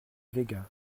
véga